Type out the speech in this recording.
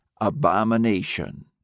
abomination